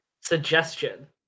Suggestion